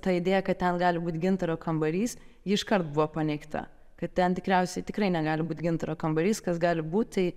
ta idėja kad ten gali būt gintaro kambarys ji iškart buvo paneigta kad ten tikriausiai tikrai negali būt gintaro kambarys kas gali būt tai